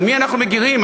על מי אנחנו מגינים?